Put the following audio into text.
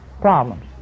problems